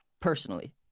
personally